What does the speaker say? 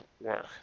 work